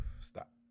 Stop